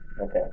Okay